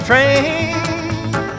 Train